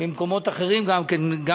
ממקומות אחרים, גם